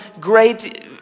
great